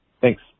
Thanks